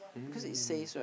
mm